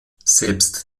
selbst